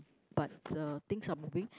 but uh things are moving